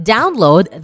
Download